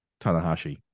Tanahashi